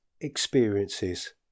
experiences